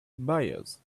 buyers